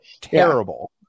terrible